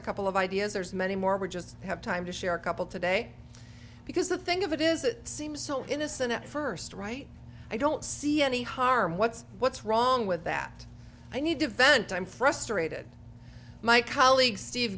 a couple of ideas there's many more we just have time to share a couple today because the thing of it is it seems so innocent at first right i don't see any harm what's what's wrong with that i need to vent i'm frustrated my colleague steve